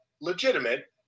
legitimate